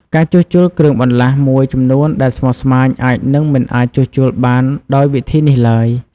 ការជួសជុលគ្រឿងបន្លាស់មួយចំនួនដែលស្មុគស្មាញអាចនឹងមិនអាចជួសជុលបានដោយវិធីនេះឡើយ។